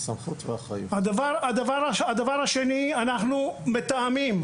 הדבר השני הוא שאנחנו מתאמים,